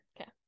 Okay